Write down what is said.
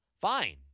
fine